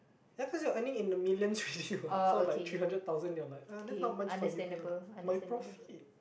that's cause you're earning in the millions already what so like three hundred thousand you're like uh that's not much for you man my profit